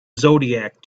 zodiac